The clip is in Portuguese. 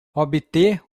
obter